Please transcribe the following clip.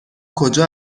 کجا